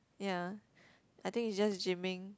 ya I think is just gymming